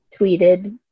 tweeted